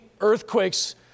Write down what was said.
earthquakes